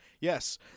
Yes